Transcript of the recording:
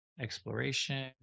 exploration